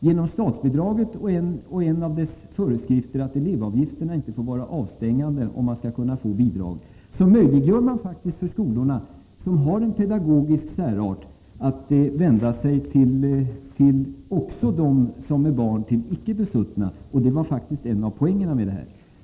Genom statsbidraget och en av föreskrifterna för att man skall kunna få det, nämligen att elevavgifterna inte får vara avstängande, möjliggör man faktiskt för de skolor som har en pedagogisk särart att vända sig också till barn till icke besuttna. Det var faktiskt en av poängerna med detta.